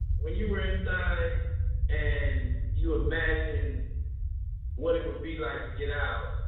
when you were inside and you imagined what it would be like to get out,